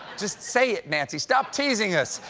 just say it, nancy. stop teasing us.